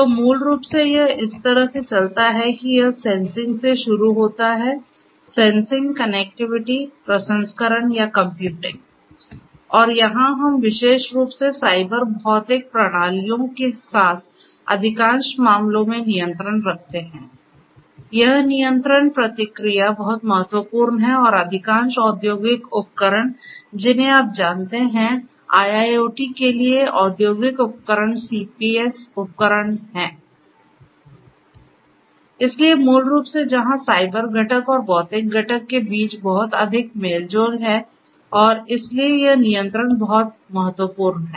तो मूल रूप से यह इस तरह से चलता है कि यह सेंसिंग से शुरू होता है सेंसिंग कनेक्टिविटी प्रसंस्करण या कंप्यूटिंग और यहाँ हम विशेष रूप से साइबर भौतिक प्रणालियों के साथ अधिकांश मामलों में नियंत्रण रखते हैं यह नियंत्रण प्रतिक्रिया बहुत महत्वपूर्ण है और अधिकांश औद्योगिक उपकरण जिन्हें आप जानते हैं IIoT के लिए औद्योगिक उपकरण CPS उपकरण हैं इसलिए मूल रूप से जहां साइबर घटक और भौतिक घटक के बीच बहुत अधिक मेलजोल है और इसलिए यह नियंत्रण बहुत महत्वपूर्ण है